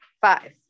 five